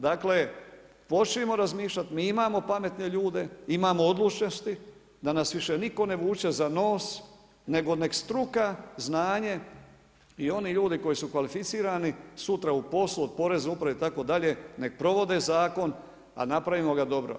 Dakle, počnimo razmišljati, mi imamo pametne ljude, imamo odlučnosti da nas više nitko ne vuče za nos nego neka struka, znanje i oni ljudi koji su kvalificirani sutra u poslu od Porezne uprave itd. nek provode zakon, a napravimo ga dobro.